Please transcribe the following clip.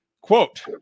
quote